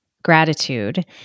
gratitude